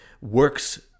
works